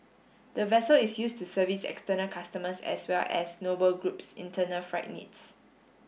the vessel is used to service external customers as well as Noble Group's internal freight needs